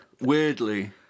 Weirdly